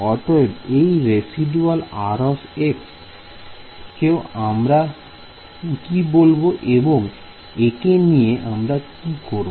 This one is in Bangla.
অতএব এই রেসিদুয়াল R কেউ আমরা একি বলবো এবং একে নিয়ে আমরা কি করব